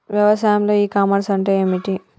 వ్యవసాయంలో e commerce అంటే ఏమిటి?